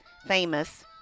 famous